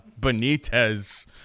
Benitez